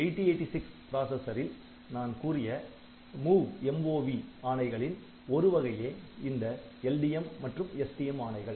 8086 ப்ராசசரில் நான் கூறிய MOV ஆணைகளின் ஒரு வகையே இந்த LDM மற்றும் STM ஆணைகள்